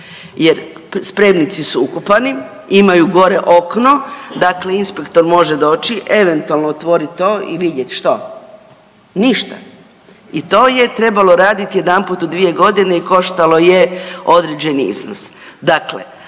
jer spremnici su ukopani, imaju gore okno, dakle inspektor može doći eventualno otvoriti to i vidjet. Što? Ništa. I to je trebalo raditi jedanput u 2 godine i koštalo je određeni iznos.